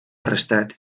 arrestat